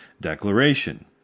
declaration